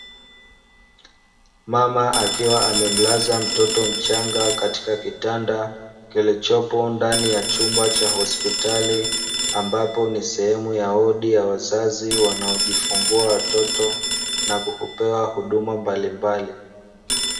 Mama akiwa amemaliza mtoto mchanga katika kitanda kilichopo ndani ya chumba cha hospitali, ambapo ni sehemu ya wodi ya wazazi, ambapo ni sehemu ya wodi ya wazazi wanaojifungua watoto na kupewa huduma mbalimbali.